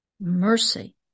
mercy